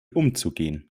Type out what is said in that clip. umzugehen